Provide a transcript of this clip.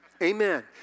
Amen